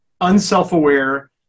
unself-aware